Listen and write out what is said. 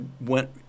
went